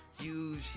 Huge